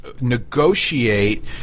negotiate